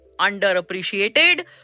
underappreciated